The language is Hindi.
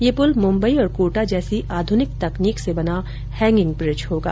यह पुल मुम्बई और कोटा जैसी आधुनिक तकनीक से बना हैंगिंग ब्रिज होगा